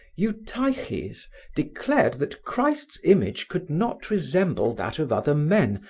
eutyches declared that christ's image could not resemble that of other men,